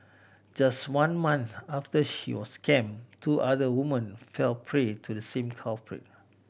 just one month after she was scammed two other women fell prey to the same culprit